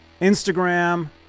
instagram